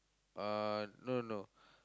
uh no no